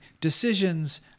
decisions